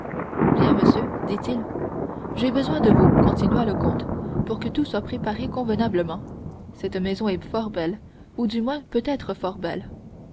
bien monsieur dit-il j'ai besoin de vous continua le comte pour que tout soit préparé convenablement cette maison est fort belle ou du moins peut être fort belle